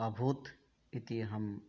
अभूत् इति अहं